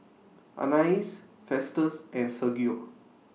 Anais Festus and Sergio